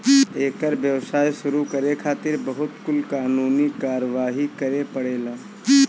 एकर व्यवसाय शुरू करे खातिर बहुत कुल कानूनी कारवाही करे के पड़ेला